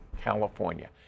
California